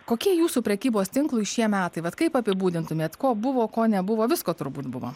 kokie jūsų prekybos tinklui šie metai vat kaip apibūdintumėt ko buvo ko nebuvo visko turbūt buvo